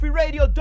radio